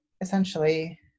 essentially